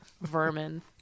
vermin